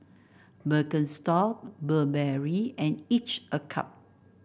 Birkenstock Burberry and each a Cup